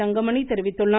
தங்கமணி தெரிவித்துள்ளார்